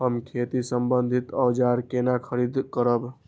हम खेती सम्बन्धी औजार केना खरीद करब?